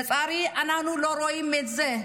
לצערי אנחנו לא רואים את זה.